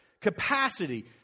capacity